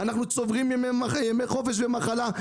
אנחנו צוברים ימי חופש ומחלה.